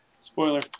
Spoiler